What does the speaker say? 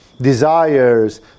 desires